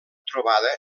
trobada